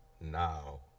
now